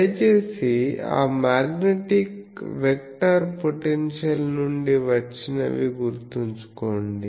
దయచేసి ఆ magnetic vector potential నుండి వచ్చినవి గుర్తుంచుకోండి